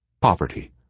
Poverty